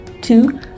Two